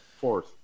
Fourth